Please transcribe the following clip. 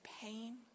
pain